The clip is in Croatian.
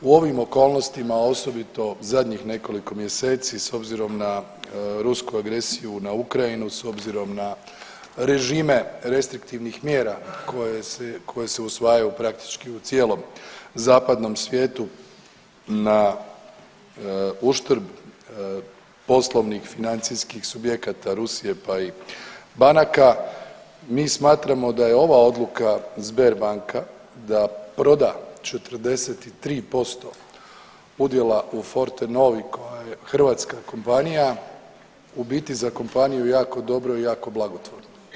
U ovim okolnostima osobito zadnjih nekoliko mjeseci s obzirom na rusku agresiju na Ukrajinu, s obzirom na režime restriktivnih mjera koje se usvajaju praktički u cijelom zapadnom svijetu na uštrb poslovnih financijskih subjekata Rusije, pa i banaka mi smatramo da je ova odluka Sberbanka da proda 43% udjela u Fortenovi koja je hrvatska kompanija u biti za kompaniju jako dobro i jako blagotvorno.